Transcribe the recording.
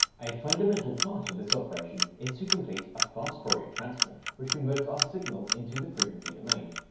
a fundamental part of this operation is to complete a fast fourier transform which converts our signal into the frequency domain.